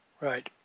Right